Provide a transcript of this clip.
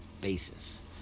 basis